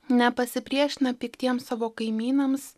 nepasipriešina piktiems savo kaimynams